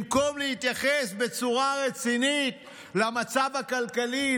במקום להתייחס בצורה רצינית למצב הכלכלי,